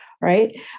Right